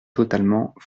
totalement